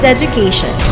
Education